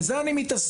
בזה אני מתעסק.